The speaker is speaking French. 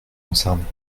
concernées